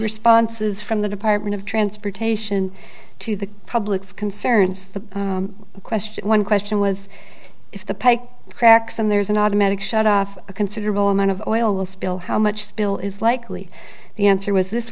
responses from the department of transportation to the public's concerns the question one question was if the cracks and there's an automatic shut off a considerable amount of oil will spill how much spill is likely the answer was this